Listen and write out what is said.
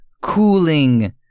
Cooling